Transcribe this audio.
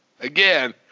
Again